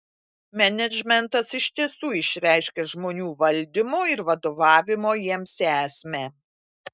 menedžmentas iš tiesų išreiškia žmonių valdymo ir vadovavimo jiems esmę